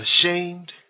ashamed